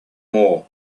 more